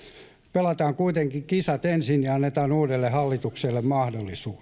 pelataan kuitenkin kisat ensin ja annetaan uudelle hallitukselle mahdollisuus kehutaan ensin sen vahvuuksia